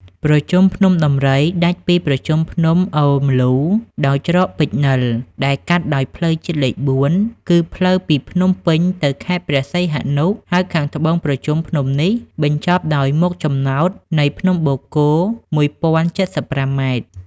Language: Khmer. ប្រជុំភ្នំដំរី ដាច់ពីប្រជុំភ្នំអូរម្លូដោយច្រកពេជ្រនិល ដែលកាត់ដោយផ្លូវជាតិលេខ ៤ គឺ ផ្លូវពីភ្នំពេញទៅខេត្តព្រះសីហនុ ហើយខាងត្បូងប្រជុំភ្នំនេះបញ្ចប់ដោយមុខចំណោតនៃភ្នំបូកគោ១០៧៥ ម៉ែត្រ ។